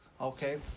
Okay